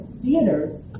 theaters